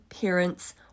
parents